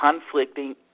conflicting